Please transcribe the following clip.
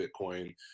bitcoin